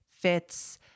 Fits